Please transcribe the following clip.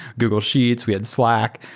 google sheets. we had slack.